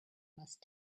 must